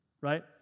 right